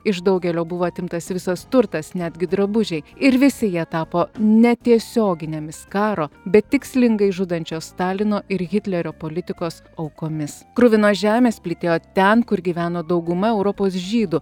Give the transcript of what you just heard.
iš daugelio buvo atimtas visas turtas netgi drabužiai ir visi jie tapo netiesioginėmis karo bet tikslingai žudančios stalino ir hitlerio politikos aukomis kruvinos žemės plytėjo ten kur gyveno dauguma europos žydų